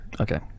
Okay